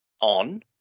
on